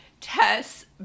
Tess